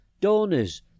donors